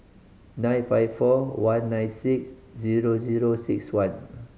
nine five four one nine six zero zero six one